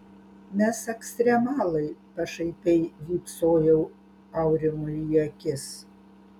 mes ekstremalai pašaipiai vypsojau aurimui į akis